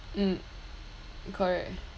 mm correct